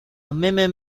mimim